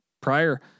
prior